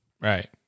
right